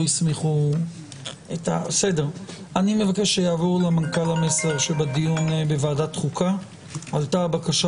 אני מבקש שיעבור למנכ"ל המסר שבדיון בוועדת החוקה עלתה הבקשה